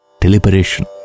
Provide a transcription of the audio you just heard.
deliberation